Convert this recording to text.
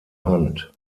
hand